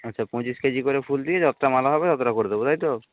আচ্ছা পঁচিশ কেজি করে ফুল দিয়ে যতোটা মালা হবে অতোটা করে দেবো তাই তো